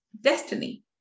destiny